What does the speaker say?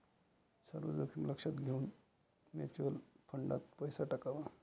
सर्व जोखीम लक्षात घेऊन म्युच्युअल फंडात पैसा टाकावा